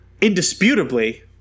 indisputably